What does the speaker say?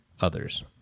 others